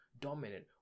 dominant